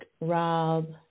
Rob